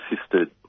assisted